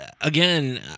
again